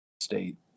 state